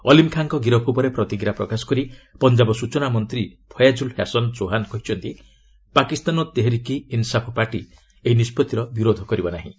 ଅଲ୍ଲୀମ୍ ଖାଁକ ଗିରଫ ଉପରେ ପ୍ରତିକ୍ରିୟା ପ୍ରକାଶ କରି ପଂଜାବ ସୂଚନା ମନ୍ତ୍ରୀ ଫୟାଜୁଲ୍ ହାସନ୍ ଚୋହାନ୍ କହିଛନ୍ତି ପାକିସ୍ତାନ୍ ତେହେରିକ୍ ଇ ଇନସାଫ୍ ପାର୍ଟି ଏହି ନିଷ୍କତ୍ତିର ବିରୋଧ କରିବ ନାହିଁ